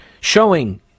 showing